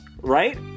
Right